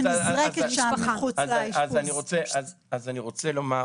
אז אני רוצה לומר,